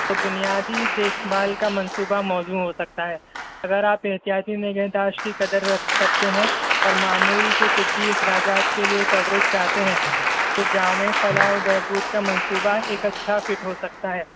تو بنیادی دیکھ بھال کا منصوبہ موزوں ہو سکتا ہے اگر آپ احتیاطی نگہداشت کی قدر رکھ کرتے ہیں اور معمول کے طبی اخراجات کے لیے کوریج چاہتے ہیں تو جامع فلاح و بہبود کا منصوبہ ایک اچھا فٹ ہو سکتا ہے